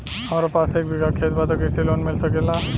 हमरा पास एक बिगहा खेत बा त कृषि लोन मिल सकेला?